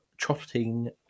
trotting